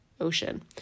ocean